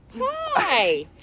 Hi